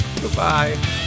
Goodbye